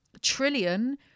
trillion